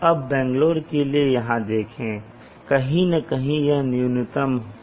अब बैंगलोर के लिए यहाँ देखें कहीं न कहीं यह न्यूनतम है